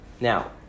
Now